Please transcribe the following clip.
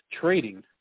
trading